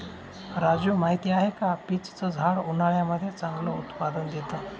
राजू माहिती आहे का? पीच च झाड उन्हाळ्यामध्ये चांगलं उत्पादन देत